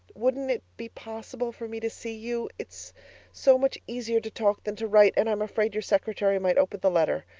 wouldn't it be possible for me to see you? it's so much easier to talk than to write and i'm afraid your secretary might open the letter.